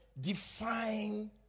define